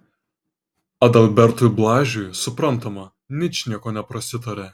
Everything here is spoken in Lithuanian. adalbertui blažiui suprantama ničnieko neprasitarė